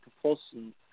Propulsion